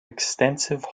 extensive